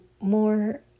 more